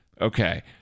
Okay